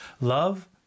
Love